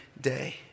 day